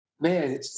Man